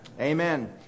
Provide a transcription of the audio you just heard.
Amen